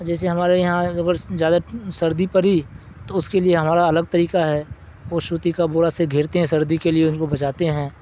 جیسے ہمارے یہاں اگر زیادہ سردی پی تو اس کے لیے ہمارا الگ طریقہ ہے وہ شروتی کا بورا سے گھیرتے ہیں سردی کے لیے ان کو بچاتے ہیں